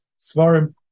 Svarim